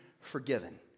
forgiven